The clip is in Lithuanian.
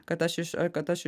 kad aš iš kad aš